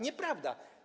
Nieprawda.